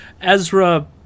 Ezra